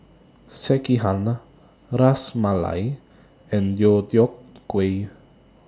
Sekihan Ras Malai and Deodeok Gui